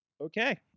Okay